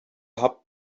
habt